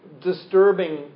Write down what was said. disturbing